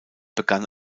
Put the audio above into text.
begann